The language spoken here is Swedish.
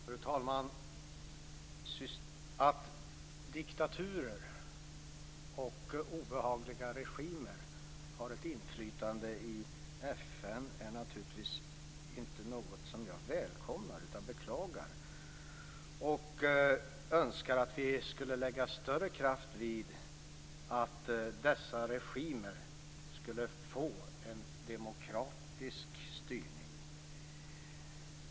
Fru talman! Att diktaturer och obehagliga regimer har ett inflytande i FN är naturligtvis inte något jag välkomnar. Jag beklagar det. Jag önskar att vi skulle lägga större kraft vid att dessa regimer skulle få en demokratisk styrning.